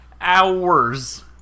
hours